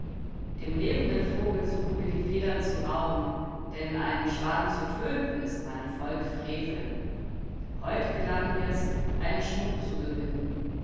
dem lebenden vogel suchen wir die federn zu rauben denn einen schwan zu töten ist meinem volk frevel heut gelang mir's einen schmuck zu gewinnen